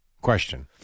question